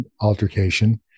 altercation